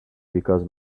because